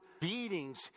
beatings